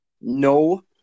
no